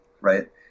right